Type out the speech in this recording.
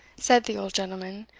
said the old gentleman,